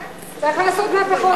כן, צריך לעשות מהפכות.